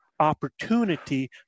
opportunity